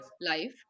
life